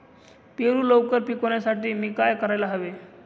पेरू लवकर पिकवण्यासाठी मी काय करायला हवे?